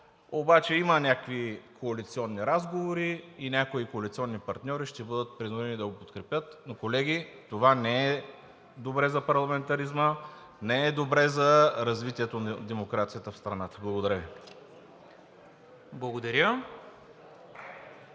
обаче има някакви коалиционни разговори и някои коалиционни партньори ще бъдат принудени да го подкрепят, но, колеги, това не е добре за парламентаризма. Не е добре за развитието на демокрацията в страната. Благодаря Ви.